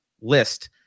list